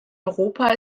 europa